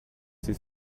sie